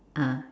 ah